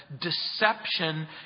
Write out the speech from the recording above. Deception